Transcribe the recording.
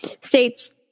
states